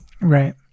Right